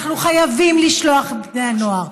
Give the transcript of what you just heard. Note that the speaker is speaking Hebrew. אנחנו חייבים לשלוח את בני הנוער.